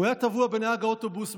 הוא היה טבוע בנהג האוטובוס,